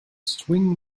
swing